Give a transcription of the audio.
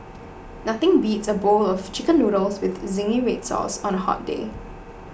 nothing beats a bowl of Chicken Noodles with Zingy Red Sauce on a hot day